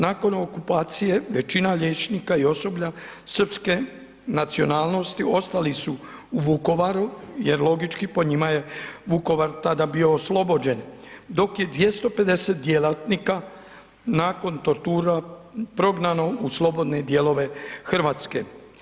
Nakon okupacije većina liječnika i osoblja srpske nacionalnosti ostali su u Vukovaru jer logički po njima je Vukovar tada bio oslobođen, dok je 250 djelatnika nakon tortura prognano u slobodne dijelove RH.